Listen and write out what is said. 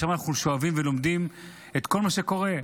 משם אנחנו שואבים ולומדים את כל מה שקורה.